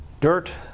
dirt